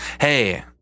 Hey